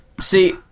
See